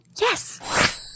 Yes